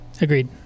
Agreed